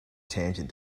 tangent